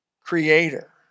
creator